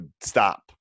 stop